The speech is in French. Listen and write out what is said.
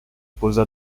posa